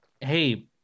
Hey